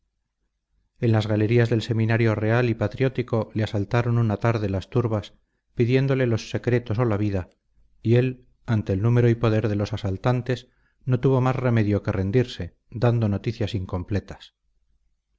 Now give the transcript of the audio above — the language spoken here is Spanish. en las galerías del seminario real y patriótico le asaltaron una tarde las turbas pidiéndole los secretos o la vida y él ante el número y poder de los asaltantes no tuvo más remedio que rendirse dando noticias incompletas